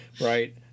Right